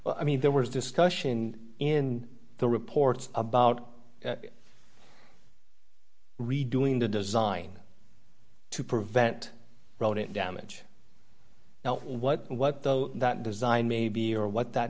area i mean there was discussion in the reports about redoing the design to prevent rodent damage now what what that design may be or what that